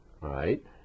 right